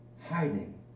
hiding